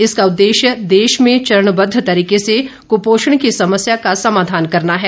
इसका उद्देश्य देश में चरणबद्ध तरीके से कुपोषण की समस्या का समाधान करना है